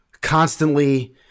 constantly